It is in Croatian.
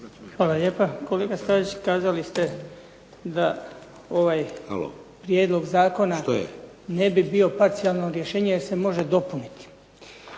Hvala lijepa. Kolega Stazić, kazali ste da ovaj prijedlog zakona ne bi bio parcijalno rješenje jer se može dopuniti.